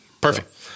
Perfect